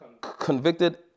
convicted